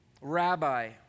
rabbi